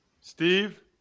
Steve